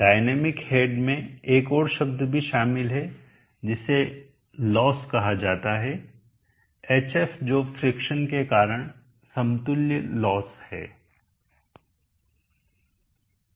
dynamic head में एक और शब्द भी शामिल है जिसे लोसLoss नुकसान कहा जाता है hf जो फ्रिक्शन के कारण समतुल्य लोस Loss नुकसान है